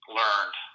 learned